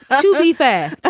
to be fair, ah